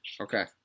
Okay